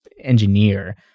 engineer